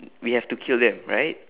we have to kill them right